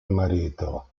marito